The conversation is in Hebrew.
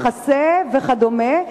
מחסה וכדומה,